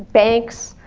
banks,